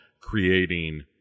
creating